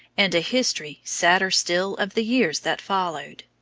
and a history sadder still of the years that followed.